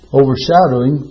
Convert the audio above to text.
overshadowing